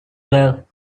well